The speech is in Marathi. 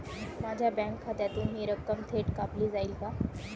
माझ्या बँक खात्यातून हि रक्कम थेट कापली जाईल का?